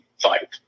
fight